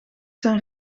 zijn